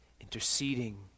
interceding